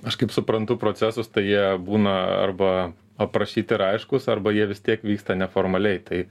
aš kaip suprantu procesus tai jie būna arba aprašyti ir aiškūs arba jie vis tiek vyksta neformaliai tai